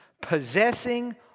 possessing